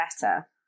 better